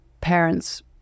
parents